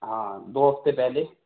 ہاں دو ہفتے پہلے